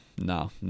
No